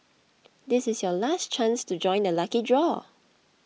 this is your last chance to join the lucky draw